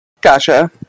Gotcha